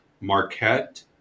Marquette